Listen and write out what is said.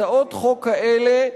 הצעות חוק כאלה,